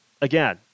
again